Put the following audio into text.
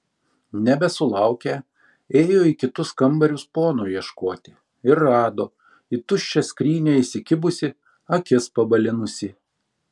nebesulaukę ėjo į kitus kambarius pono ieškoti ir rado į tuščią skrynią įsikibusį akis pabalinusį